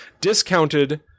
discounted